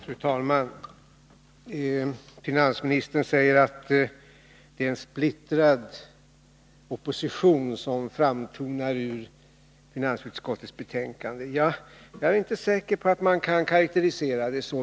Fru talman! Finansministern säger att det är en splittrad opposition som framtonar ur finansutskottets betänkande. Jag är inte säker på att man kan karakterisera det så.